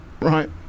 Right